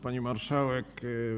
Pani Marszałek!